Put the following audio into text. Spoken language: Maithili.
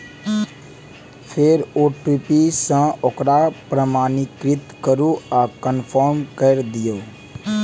फेर ओ.टी.पी सं ओकरा प्रमाणीकृत करू आ कंफर्म कैर दियौ